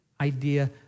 idea